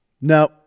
no